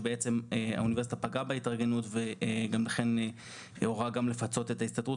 שבעצם האוניברסיטה פגעה בהתארגנות ולכן גם הורה לפצות את ההסתדרות